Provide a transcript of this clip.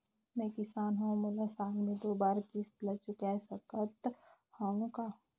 मैं किसान हव मोला साल मे दो बार किस्त ल चुकाय सकत हव का?